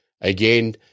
Again